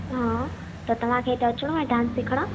हा त तव्हांखे इते अचिणो आहे डांस सिखणु